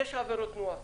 יש עבירות תנועה,